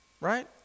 Right